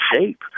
shape